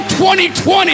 2020